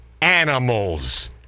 animals